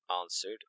answered